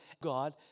God